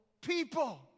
people